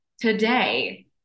today